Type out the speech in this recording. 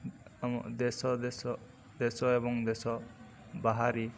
ଆମ ଦେଶ ଦେଶ ଦେଶ ଏବଂ ଦେଶ ବାହାରେ